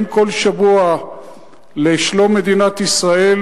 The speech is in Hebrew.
כל שבוע לשלום מדינת ישראל,